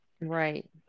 Right